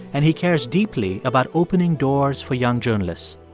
and he cares deeply about opening doors for young journalists.